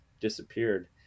disappeared